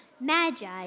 magi